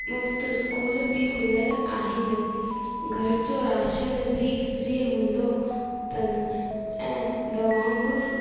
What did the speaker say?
मुफ़्ति स्कूल बि खुलियल आहिनि घर जो राशन बि फ़्री हूंदो अथनि ऐं दवाऊं बि